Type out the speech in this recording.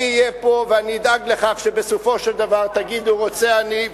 אני אהיה פה ואני אדאג לכך שבסופו של דבר תגידו רוצה אני,